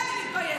בזה אני מתביישת.